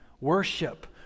Worship